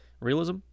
Realism